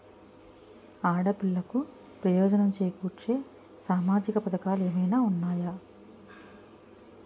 ఆడపిల్లలకు ప్రయోజనం చేకూర్చే సామాజిక పథకాలు ఏమైనా ఉన్నాయా?